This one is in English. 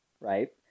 right